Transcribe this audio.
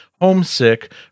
Homesick